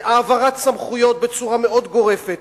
העברת סמכויות בצורה מאוד גורפת.